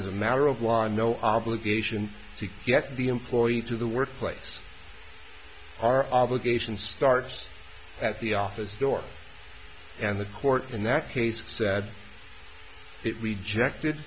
as a matter of one no obligation to get the employee into the workplace our obligation starts at the office door and the court the next case said it rejected